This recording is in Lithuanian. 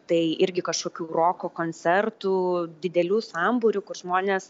tai irgi kažkokių roko koncertų didelių sambūrių kur žmonės